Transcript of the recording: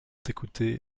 t’écouter